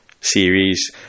series